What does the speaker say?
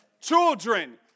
Children